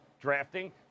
drafting